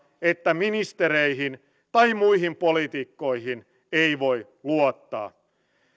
että ministereihin tai muihin poliitikkoihin ei voi luottaa